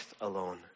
alone